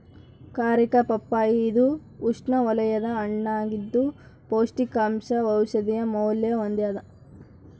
ಕಾರಿಕಾ ಪಪ್ಪಾಯಿ ಇದು ಉಷ್ಣವಲಯದ ಹಣ್ಣಾಗಿದ್ದು ಪೌಷ್ಟಿಕಾಂಶ ಔಷಧೀಯ ಮೌಲ್ಯ ಹೊಂದ್ಯಾದ